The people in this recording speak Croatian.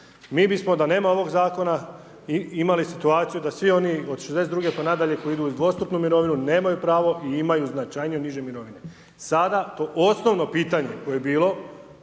Mi bismo, da nema ovog zakona, imali situaciju, da svi oni od 62 pa nadalje, koji idu u dostupnu mirovinu, nemaju pravo i imaju značajnije niže mirovine. Sada to osnovno pitanje koje je bilo,